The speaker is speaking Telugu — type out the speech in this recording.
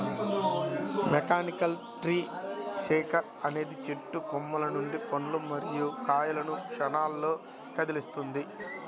మెకానికల్ ట్రీ షేకర్ అనేది చెట్టు కొమ్మల నుండి పండ్లు మరియు కాయలను క్షణాల్లో కదిలిస్తుంది